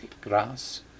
grass